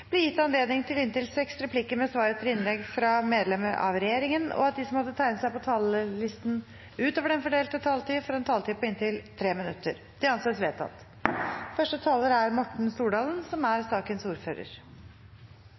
blir gitt anledning til inntil seks replikker med svar etter innlegg fra medlemmer av regjeringen, og at de som måtte tegne seg på talerlisten utover den fordelte taletid, får en taletid på inntil 3 minutter. – Det anses vedtatt. Sakens ordfører, Solveig Sundbø Abrahamsen, er